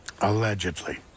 Allegedly